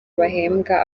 bahembwa